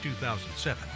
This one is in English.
2007